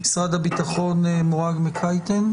ממשרד הביטחון מורג מקייטן.